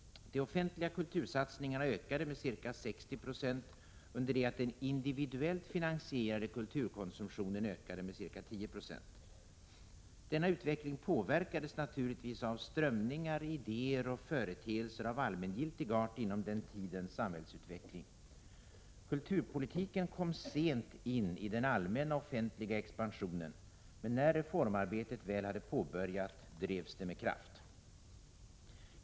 De offentliga kultursatsningarna ökade med ca 60 20 medan den individuellt finansierade kulturkonsumtionen ökade med ca 10 2. Denna utveckling påverkades naturligtvis av strömningar, idéer och företeelser av allmängiltig art inom den tidens samhällsutveckling. Kulturpolitiken kom sent in i den allmänna offentliga expansionen, men när reformarbetet väl hade påbörjats drevs det med kraft.